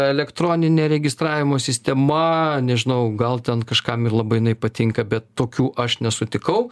elektroninė registravimo sistema nežinau gal ten kažkam ir labai jinai patinka bet tokių aš nesutikau